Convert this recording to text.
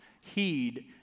heed